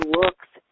looks